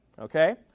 Okay